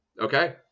okay